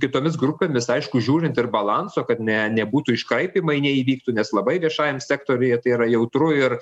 kitomis grupėmis aišku žiūrint ir balanso kad ne nebūtų iškraipymai neįvyktų nes labai viešajam sektoriuje tai yra jautru ir